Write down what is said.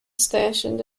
stationed